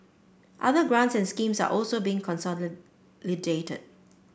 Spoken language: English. other grants and schemes are also being consolidated